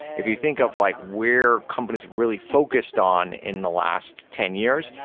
if you think of like where companies really focused on in the last ten years,